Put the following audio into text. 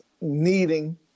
Needing